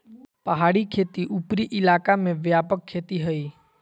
पहाड़ी खेती उपरी इलाका में व्यापक खेती हइ